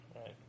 right